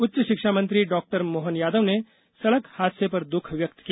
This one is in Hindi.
उच्च शिक्षामंत्री डॉक्टर मोहन यादव ने सड़क हादसे पर दुख व्यक्त किया